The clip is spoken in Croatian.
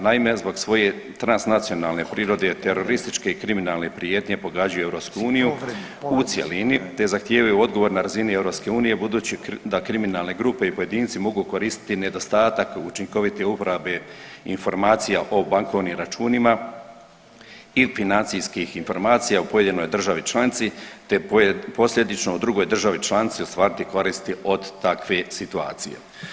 Naime, zbog svoje transnacionalne prirode, terorističke i kriminalne prijetnje pogađaju EU u cjelini, te zahtijevaju odgovor na razini EU budući da kriminalne grupe i pojedinci mogu koristiti nedostatak učinkovite uporabe informacija o bankovnim računima i financijskih informacija u pojedinoj državi članici, te posljedično u drugoj državi članici ostvariti koristi od takve situacije.